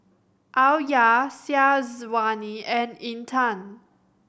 Alya Syazwani and Intan